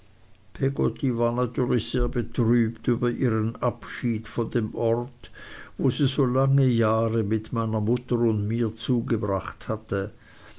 war natürlich sehr betrübt über ihren abschied von dem orte wo sie so lange jahre mit meiner mutter und mir zugebracht hatte